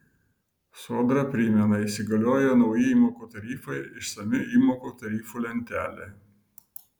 sodra primena įsigaliojo nauji įmokų tarifai išsami įmokų tarifų lentelė